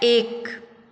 एक